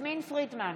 יסמין פרידמן,